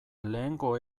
lehengo